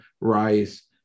Rice